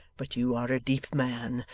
but you are a deep man,